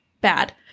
bad